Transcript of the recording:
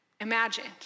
imagined